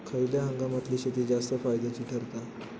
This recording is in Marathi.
खयल्या हंगामातली शेती जास्त फायद्याची ठरता?